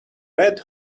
red